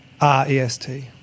R-E-S-T